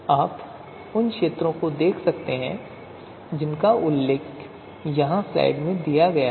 आप उन क्षेत्रों को देख सकते हैं जिनका उल्लेख यहां स्लाइड में किया गया है